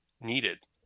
needed